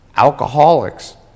Alcoholics